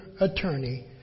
attorney